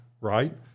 right